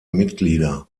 mitglieder